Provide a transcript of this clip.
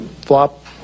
flop